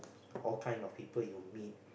all kind of people you meet